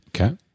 Okay